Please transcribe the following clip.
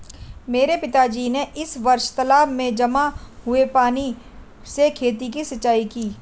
मेरे पिताजी ने इस वर्ष तालाबों में जमा हुए पानी से खेतों की सिंचाई की